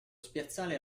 spiazzale